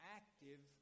active